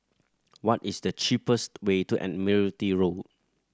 what is the cheapest way to Admiralty Road